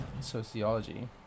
Sociology